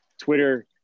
Twitter